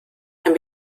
and